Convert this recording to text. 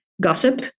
gossip